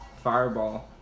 Fireball